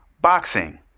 boxing